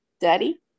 Daddy